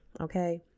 Okay